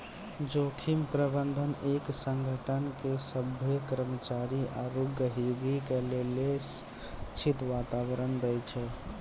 जोखिम प्रबंधन एक संगठन के सभ्भे कर्मचारी आरू गहीगी के लेली सुरक्षित वातावरण दै छै